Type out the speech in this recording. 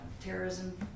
Terrorism